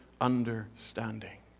understanding